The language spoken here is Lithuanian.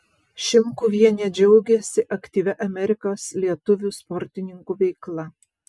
šimkuvienė džiaugiasi aktyvia amerikos lietuvių sportininkų veikla